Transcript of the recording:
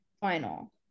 final